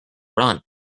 run